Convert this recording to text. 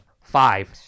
five